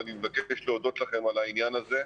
ואני מבקש להודות לכם על העניין הזה.